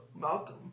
Malcolm